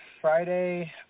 Friday